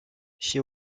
she